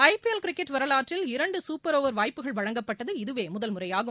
ஐ P L cricket வரவாற்றில் இரண்டு super over வாய்ப்புகள் வழங்கப்பட்டது இதுவே முதல் முறையாகும்